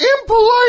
impolite